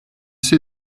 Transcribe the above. see